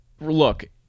look